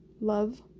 love